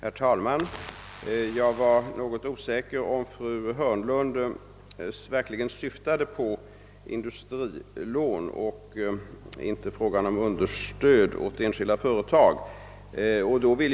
Herr talman! Jag var något osäker beträffande om fru Hörnlund verkligen syftade på industrilån och inte på frågan om understöd åt enskilda företag.